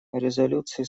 резолюции